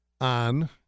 on